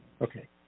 Okay